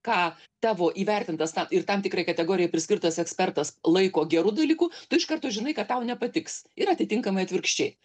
ką tavo įvertintas tam ir tam tikrai kategorijai priskirtas ekspertas laiko geru dalyku tu iš karto žinai kad tau nepatiks ir atitinkamai atvirkščiai